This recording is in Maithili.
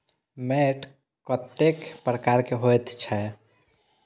मैंट कतेक प्रकार के होयत छै?